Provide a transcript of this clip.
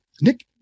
Nick